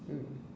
mm